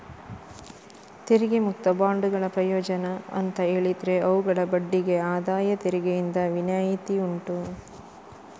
ತೆರಿಗೆ ಮುಕ್ತ ಬಾಂಡುಗಳ ಪ್ರಯೋಜನ ಅಂತ ಹೇಳಿದ್ರೆ ಅವುಗಳ ಬಡ್ಡಿಗೆ ಆದಾಯ ತೆರಿಗೆಯಿಂದ ವಿನಾಯಿತಿ ಉಂಟು